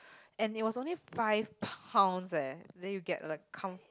and it was only five pounds eh then you get like count